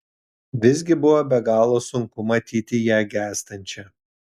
visgi buvo be galo sunku matyti ją gęstančią